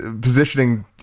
positioning